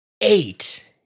eight